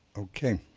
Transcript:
okay.